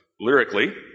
lyrically